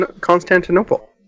Constantinople